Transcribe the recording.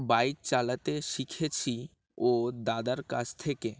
bike চালাতে শিখেছি ও দাদার কাছ থেকে